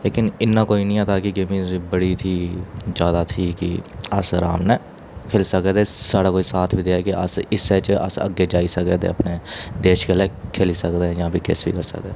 लेकिन इन्ना कोई नि ऐ था कि गेमिंग इंडस्ट्री बड़ी थी ज्यादा थी कि अस अराम कन्नै खेली सकदे स्हाड़ा कोई साथ बी देयै कि अस इस्सै च अस अग्गें जाई सकै ते अपने देश गल्ला खेली सकदे जां फ्ही किश बी करी सकदे